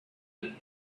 and